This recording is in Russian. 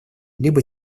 либо